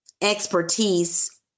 expertise